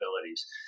capabilities